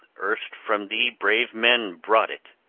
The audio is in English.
erst from thee brave men brought it!